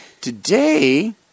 Today